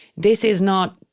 this is not,